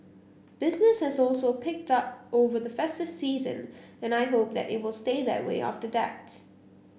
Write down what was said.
business has also picked up over the festive season and I hope that it will stay that way after that